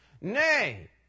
Nay